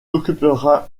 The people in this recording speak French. occupera